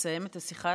כשתסיים את השיחה,